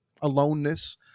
aloneness